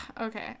okay